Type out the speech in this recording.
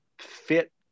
fit